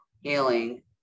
healing